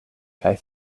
kaj